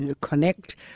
connect